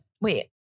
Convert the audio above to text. wait